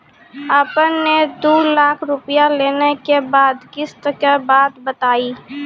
आपन ने दू लाख रुपिया लेने के बाद किस्त के बात बतायी?